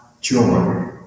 joy